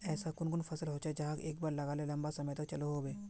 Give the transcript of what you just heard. ऐसा कुन कुन फसल होचे जहाक एक बार लगाले लंबा समय तक चलो होबे?